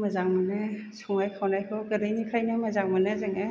मोजां मोनो संनाय खावनायखौ गोदोनिफ्रायनो मोजां मोनो जोङो